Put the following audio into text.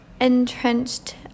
entrenched